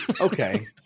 Okay